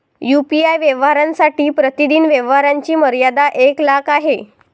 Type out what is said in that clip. UPI व्यवहारांसाठी प्रतिदिन व्यवहारांची मर्यादा एक लाख आहे